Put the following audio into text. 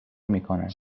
میکند